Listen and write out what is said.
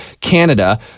Canada